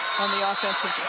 on the ah offensive